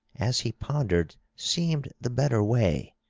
as he pondered, seemed the better way,